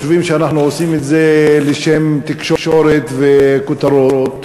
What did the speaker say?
שאנחנו עושים את זה לשם תקשורת וכותרות.